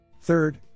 Third